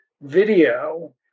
video